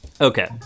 Okay